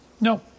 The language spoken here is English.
No